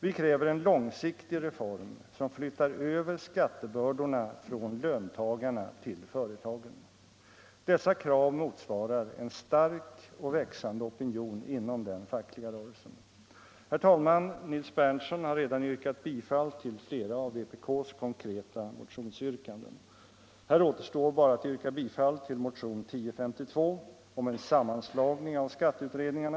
Vi kräver en långsiktig reform som flyttar över skattebördorna från löntagarna till företagen. Dessa krav motsvarar en stark och växande opinion inom den fackliga rörelsen.